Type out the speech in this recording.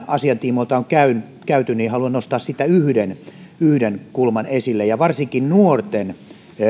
asian tiimoilta on käyty haluan nostaa yhden yhden kulman esille varsinkin nuorten